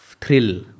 ...thrill